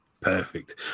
Perfect